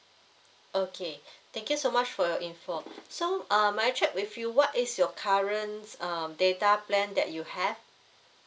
okay thank you so much for your info so uh may I check with you what is your current um data plan that you have